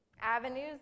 avenues